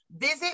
Visit